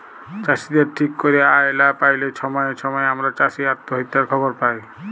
চাষীদের ঠিক ক্যইরে আয় লা প্যাইলে ছময়ে ছময়ে আমরা চাষী অত্যহত্যার খবর পায়